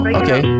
okay